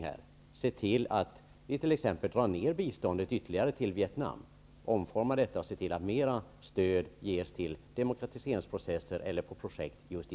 Vi skulle t.ex. ytterligare kunna dra ned på stödet till Vietnam, omforma det och se till att mera stöd ges till demokratiseringsprocesser eller projekt just i